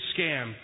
scam